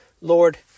Lord